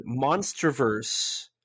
monsterverse